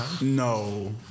No